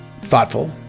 thoughtful